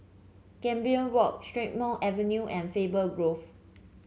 Gambir Walk Strathmore Avenue and Faber Grove